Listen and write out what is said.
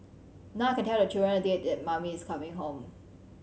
now I can tell the children a date that mummy is coming home